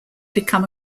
become